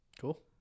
Cool